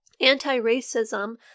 Anti-racism